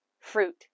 fruit